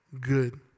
good